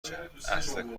چند، اصل